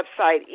website